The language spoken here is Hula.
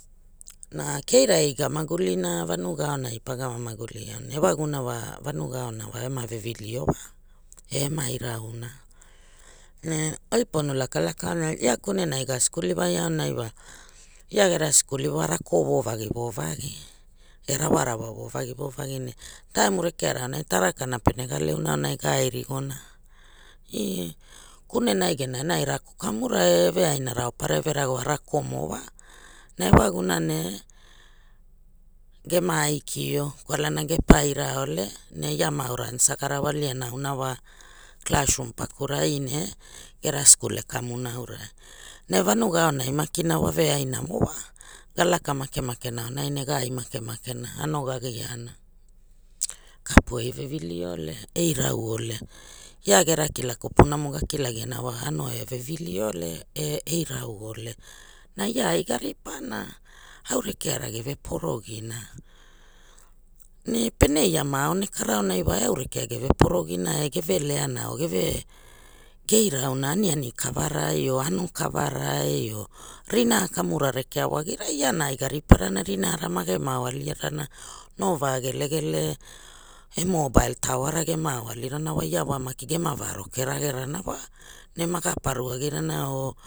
Na keirai ga magulina vanuga aonai pagama maguli aonai ewaguna wa vanuga aona wa ema vevilio wa e ema irauna ne oi pono laka laka aunai ia kunenai ga skuli wai aunai wa ia gera skuli wa rako vo vagi vo vagi e raawarawa vo vagi vo vagi ne taimu rekeara tarakana pere ga leana genai ga ai rigona. kunnai genai enai rako kanara e voveaina raupara eve rawa rakomo wa na ewaguna ne gema aiki o kwalana ge paira ole ne ia ma aurana ansa ga raioaliana auna wa klasrum pakurai ne gera skul e kamuna aurai ne vanuga aonai makina wa veaina mo wa ga laka makemake na aonai ne ga ai makemake na ana ga gia na kapu evevili ole e irau ole ia gera kila kopuna mo ga kilagia na wa ano evevili ole e e irau ole na ia ai garipa na au rekeara geve porogina ge irauna aniani kavarai or ano kavarai or rina a kamura rekea wa gira ia na aiga ripa rana rinara mage ma aoali rana no va gelegele e mobile tawara gema aoali rana wa ia wa maki gema va roke rage rana wa ne maga par agirana o